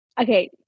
Okay